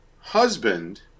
husband